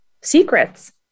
secrets